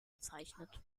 bezeichnet